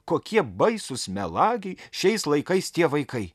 kokie baisūs melagiai šiais laikais tie vaikai